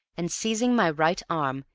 and seizing my right arm,